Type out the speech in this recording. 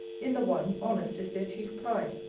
in the one, honest is their chief pride.